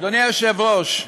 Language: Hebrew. אדוני היושב-ראש,